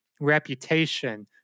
reputation